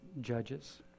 judges